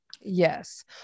yes